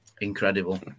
Incredible